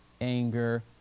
anger